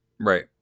Right